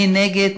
מי נגד?